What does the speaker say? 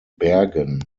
bergen